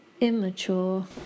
Immature